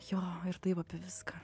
jo ir taip apie viską